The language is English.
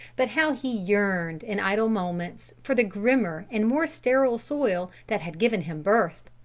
but how he yearned, in idle moments, for the grimmer and more sterile soil that had given him birth!